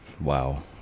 Wow